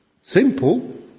Simple